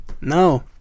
No